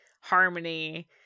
harmony